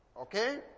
Okay